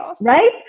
right